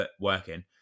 working